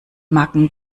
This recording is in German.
macken